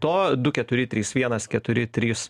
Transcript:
to du keturi trys vienas keturi trys